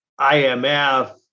IMF